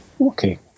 okay